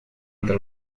entre